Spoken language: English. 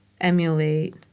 emulate